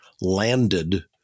landed